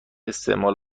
استعمال